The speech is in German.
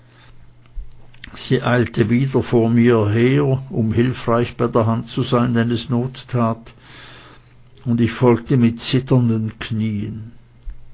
sie eilte wieder vor mir her um hilfreich bei der hand zu sein wenn es not tat und ich folgte mit zitternden knien